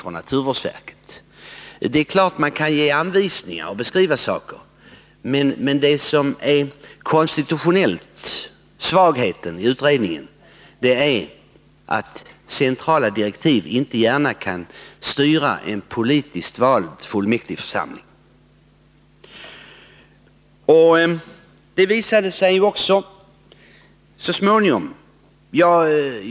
Det är klart att man kan ge anvisningar och beskriva sakerna, men den konstitutionella svagheten i utredningens förslag är att centrala direktiv inte gärna kan styra en politiskt vald fullmäktigeförsamling. Det visade sig ju också så småningom.